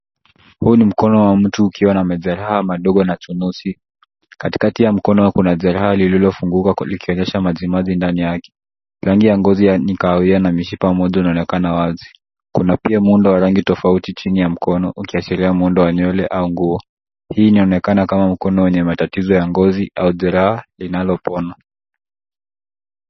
Huu ni mkono wa mtu, ukiwa na majeraha madogo na chunusi. Katikati ya mkono kuna jeraha lililofunguka, likionyesha maji maji ndani yake. Rangi ya ngozi ni kahawia, na mshipa mmoja unaonekana wazi. Kuna pia muundo wa rangi tofauti chini ya mkono, ukiashiria muundo wa nywele au nguo. Hii inaonekana kama mkono wenye matatizo ya ngozi, au jeraha linalopona.